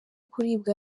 kuribwa